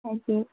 हजुर